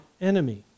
enemy